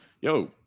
Yo